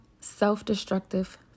self-destructive